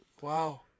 Wow